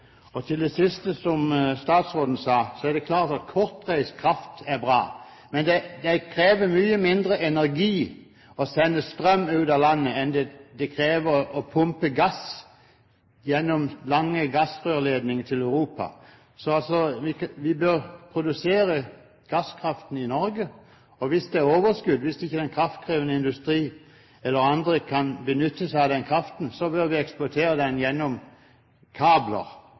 til det siste som statsråden sa: Det er klart at kortreist kraft er bra, men det krever mye mindre energi å sende strøm ut av landet enn det krever å pumpe gass gjennom lange gassrørledninger til Europa. Så vi bør produsere gasskraften i Norge, og hvis det er overskudd, hvis ikke den kraftkrevende industri eller andre kan benytte seg av den kraften, så bør vi eksportere den gjennom kabler.